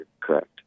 correct